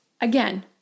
again